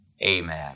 Amen